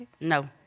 No